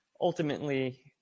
ultimately